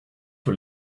sur